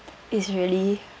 it's really